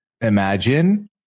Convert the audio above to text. Imagine